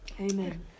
Amen